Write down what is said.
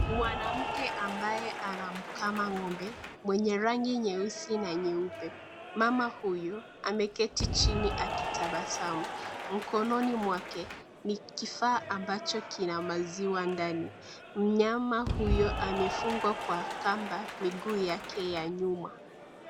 Mwanamke ambaye anamkama ng'ombe mwenye rangi nyeusi na nyeupe, mama huyu ameketi chini akitabasamu mkononi mwake ni kifaa ambacho kina maziwa ndani mnyama huyo amefungwa kwa kamba kwa miguu yake ya nyuma.